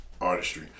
artistry